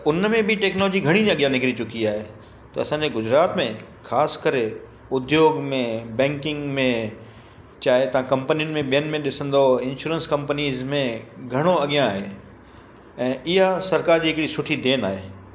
त उन में बि टैक्नोलॉजी घणी अॻियां निकिरी चुकी आहे त असांजे गुजरात में ख़ासि करे उद्योग में बैंकिंग में चाहे तव्हां कंपनियुनि में ॿियनि में ॾिसंदो इंश्योरेंस कंपनीज़ में घणो अॻियां आहे ऐं इहा सरकार जी हिकिड़ी सुठी देन आहे